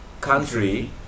Country